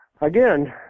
Again